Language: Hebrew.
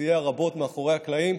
שסייע רבות מאחורי הקלעים,